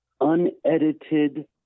unedited